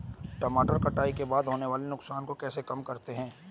टमाटर कटाई के बाद होने वाले नुकसान को कैसे कम करते हैं?